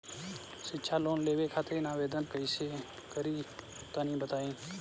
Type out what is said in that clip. शिक्षा लोन लेवे खातिर आवेदन कइसे करि तनि बताई?